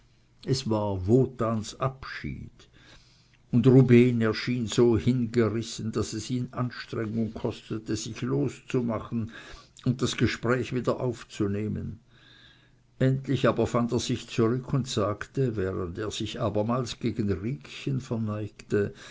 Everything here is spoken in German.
es war wotans abschied und rubehn erschien so hingerissen daß es ihm anstrengung kostete sich loszumachen und das gespräch wieder aufzunehmen endlich aber fand er sich zurück und sagte während er sich abermals gegen riekchen verneigte